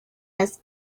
has